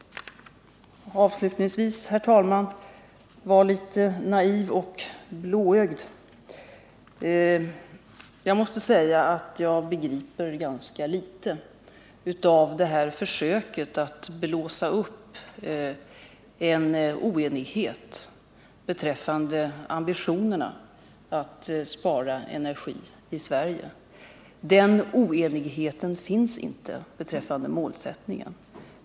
Avslutningsvis skall jag vara litet naiv och blåögd. Jag måste säga att jag begriper ganska litet av det här försöket att blåsa upp en oenighet beträffande ambitionerna att spara energi i Sverige. Men den oenigheten finns inte beträffande målsättningen.